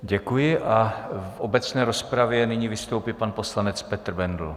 Děkuji a v obecné rozpravě nyní vystoupí pan poslanec Petr Bendl.